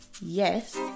yes